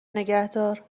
نگهدار